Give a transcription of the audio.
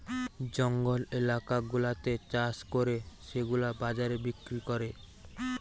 জঙ্গল এলাকা গুলাতে চাষ করে সেগুলা বাজারে বিক্রি করে